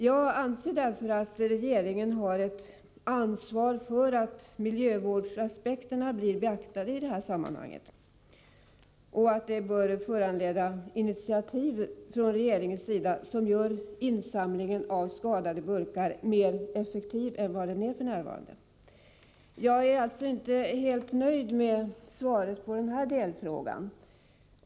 Jag anser därför att regeringen har ett ansvar för att miljövårdsaspekterna blir beaktade i detta sammanhang och att det bör föranleda ett initiativ från regeringens sida att göra insamlingen av skadade burkar mer effektiv än vad denna för närvarande är. Jag är alltså inte helt nöjd med svaret på den delfrågan.